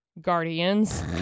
Guardians